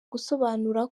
gusobanura